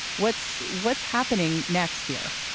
what's what's happening next year?